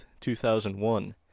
2001